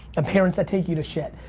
and parents that take you to shit.